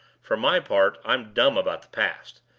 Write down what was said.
for my part, i'm dumb about the past.